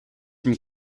from